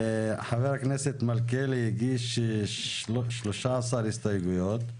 חבר הכנסת מלכיאלי הגיש 13 הסתייגויות.